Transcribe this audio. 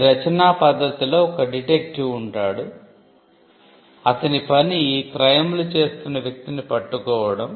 ఈ రచనా పద్ధతిలో ఒక డిటెక్టివ్ ఉంటాడు అతని పని ఈ క్రైమ్ లు చేస్తున్న వ్యక్తిని పట్టుకోవడం